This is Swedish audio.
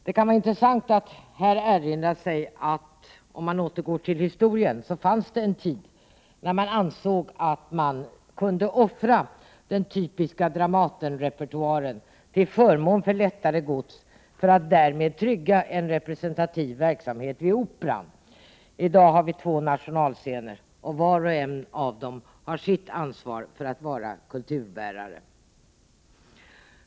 För att återgå till historien vill jag erinra om att det fanns en tid när man ansåg att man kunde offra den typiska Dramatenrepertoaren till förmån för lättare gods för att därmed trygga en representativ verksamhet vid Operan. I dag har vi två nationalscener, och var och en av dem har sitt ansvar för att vara kulturbärare.